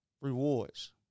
rewards